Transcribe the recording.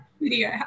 video